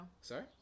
Sorry